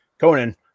Conan